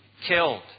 killed